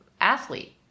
athlete